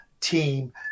team